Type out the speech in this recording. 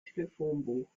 telefonbuch